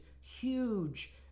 huge